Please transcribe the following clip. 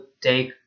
take